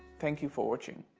thank you for watching!